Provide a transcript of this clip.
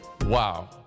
wow